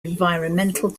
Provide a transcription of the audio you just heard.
environmental